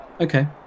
Okay